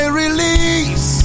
release